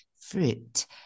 fruit